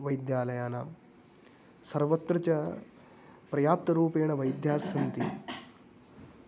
वैद्यालयानां सर्वत्र च पर्याप्तरूपेण वैद्यास्सन्ति